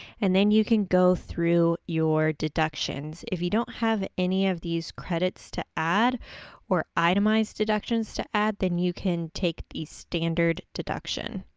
and then you can go through your deductions. if you don't have any of these credits to add or itemized deductions to add, then you can take the standard deduction.